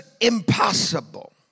impossible